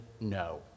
no